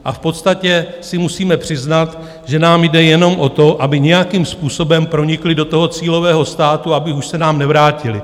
A v podstatě si musíme přiznat, že nám jde jenom o to, aby nějakým způsobem pronikli do cílového státu, aby už se nám nevrátili.